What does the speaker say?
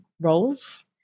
roles